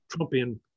Trumpian